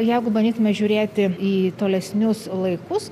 jeigu bandytume žiūrėti į tolesnius laikus